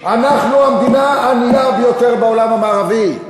אנחנו המדינה הענייה ביותר בעולם המערבי.